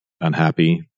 unhappy